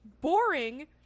boring